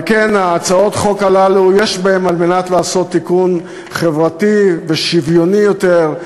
על כן הצעות החוק האלה יש בהן כדי לעשות תיקון חברתי ושוויוני יותר,